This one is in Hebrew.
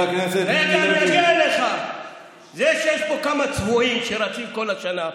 זה שיש פה כמה צבועים שרצים כל השנה,